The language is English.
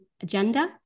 agenda